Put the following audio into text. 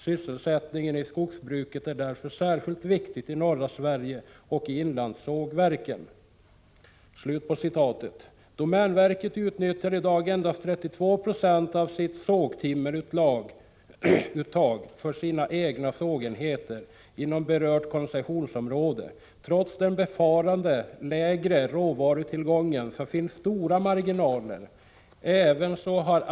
Sysselsättningen i skogsbruket är därför särskilt viktig i norra Sverige och i inlandssågverken.” Domänverket utnyttjar i dag endast 32 90 av sitt sågtimmeruttag för sina egna sågenheter inom berört koncessionsområde. Trots den befarade lägre råvarutillgången finns stora marginaler.